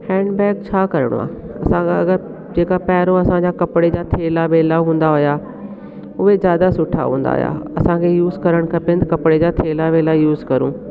handbag छा करिणो आहे असांजा अगरि जेका पहिरियों असांजा कपिड़े जा थेला वेला हूंदा हुआ उहे ज़्यादा सुठा हूंदा हुआ असांखे यूस करणु खपनि त कपिड़े जा थेला वेला यूस कयूं